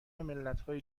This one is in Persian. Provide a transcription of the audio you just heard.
ملتهای